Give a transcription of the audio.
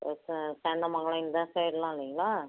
சே சேந்தமங்கலம் இந்த சைட்லாம் இல்லைங்களா